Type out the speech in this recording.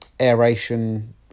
aeration